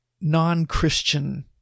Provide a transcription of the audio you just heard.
non-Christian